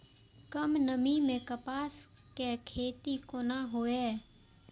कम नमी मैं कपास के खेती कोना हुऐ?